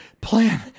Plan